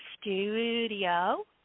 studio